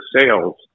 sales